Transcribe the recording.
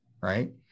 right